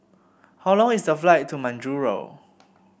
how long is the flight to Majuro